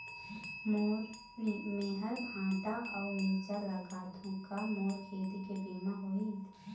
मेहर भांटा अऊ मिरचा लगाथो का मोर खेती के बीमा होही?